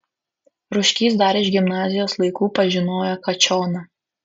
rūškys dar iš gimnazijos laikų pažinojo kačioną